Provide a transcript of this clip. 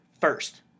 first